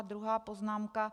Druhá poznámka.